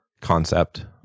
concept